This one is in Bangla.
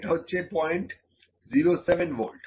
এটা হচ্ছে 007 ভোল্ট